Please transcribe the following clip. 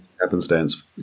happenstance